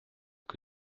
que